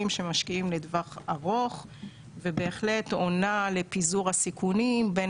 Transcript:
שמשקיעות לטווח ארוך ובהחלט עונה לפיזור הסיכונים בין